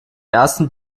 ersten